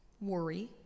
worry